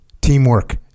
teamwork